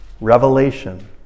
Revelation